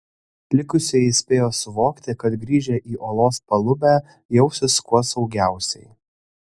likusieji spėjo suvokti kad grįžę į olos palubę jausis kuo saugiausiai